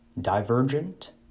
Divergent